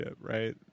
Right